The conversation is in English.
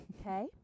Okay